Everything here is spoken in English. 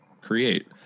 create